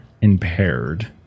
impaired